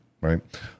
right